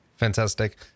fantastic